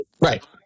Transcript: right